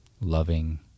loving